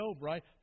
right